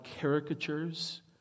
caricatures